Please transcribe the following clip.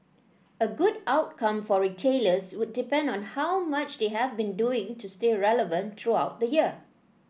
a good outcome for retailers will depend on how much they have been doing to stay relevant throughout the year